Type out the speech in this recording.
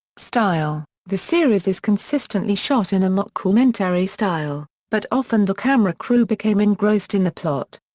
style the series is consistently shot in a mockumentary style, but often the camera crew became engrossed in the plot.